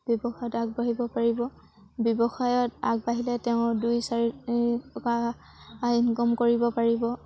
ব্যৱসায়ত আগবাঢ়িব পাৰিব ব্যৱসায়ত আগবাঢ়িলে তেওঁ দুই চাৰি টকা ইনকম কৰিব পাৰিব